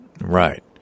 Right